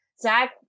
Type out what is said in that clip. Zach